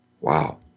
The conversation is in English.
Wow